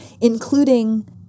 including